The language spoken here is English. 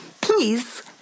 please